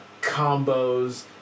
combos